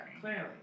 Clearly